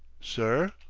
sir?